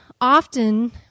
often